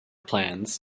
plans